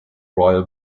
royal